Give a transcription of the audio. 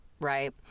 right